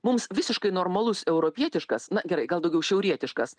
mums visiškai normalus europietiškas na gerai gal daugiau šiaurietiškas